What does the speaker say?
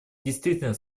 действительно